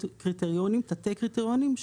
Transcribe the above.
תתי-קריטריונים,